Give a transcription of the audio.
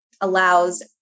allows